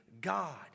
God